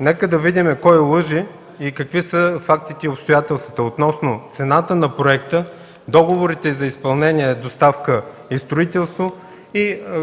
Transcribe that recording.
нека да видим кой лъже, какви са фактите и обстоятелствата относно цената на проекта; договорите за изпълнение, доставка и строителство;